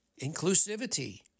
Inclusivity